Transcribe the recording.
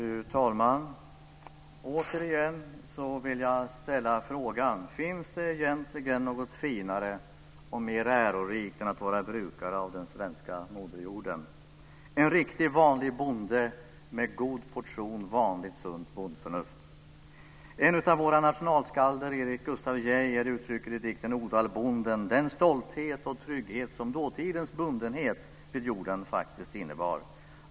Fru talman! Återigen vill jag ställa frågan: Finns det egentligen något finare och mer ärorikt än att vara brukare av den svenska moderjorden - att vara en riktig, vanlig bonde med en god portion vanligt sunt bondförnuft? En av våra nationalskalder, Erik Gustaf Geijer, uttrycker i dikten Odalbonden den stolthet och trygghet som dåtidens bundenhet vid jorden faktiskt innebar.